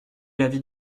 l’avis